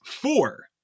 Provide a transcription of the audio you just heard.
four